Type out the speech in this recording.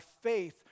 faith